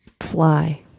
Fly